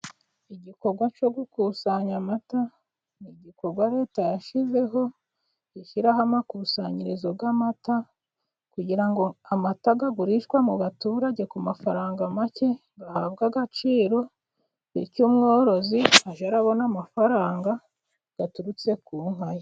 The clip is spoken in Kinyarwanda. Igikorwa cyo gukusanya amata ni igikorwa leta yashyizeho, ishyiraho amakusanyirizo y'amata kugira ngo amata agurishwa mu baturage ku mafaranga make, bahabwe agaciro bityo umworozi ajye abone amafaranga yaturutse ku nka ye.